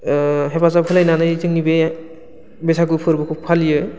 हेफाजाब होलायनानै जोंनि बे बैसागु फोरबोखौ फालियो